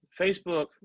Facebook